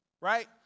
right